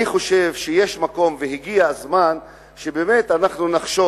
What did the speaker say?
אני חושב שיש מקום והגיע הזמן שבאמת נחשוב